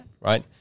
right